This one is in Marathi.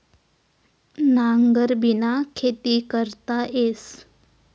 नांगरबिना खेती करता येस